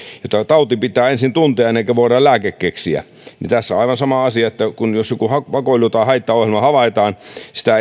että tauti pitää ensin tuntea ennen kuin voidaan lääke keksiä tässä on aivan sama asia että jos joku vakoilu tai haittaohjelma havaitaan sitä